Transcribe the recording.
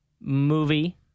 movie